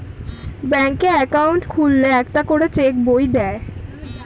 ব্যাঙ্কে অ্যাকাউন্ট খুললে একটা করে চেক বই দেয়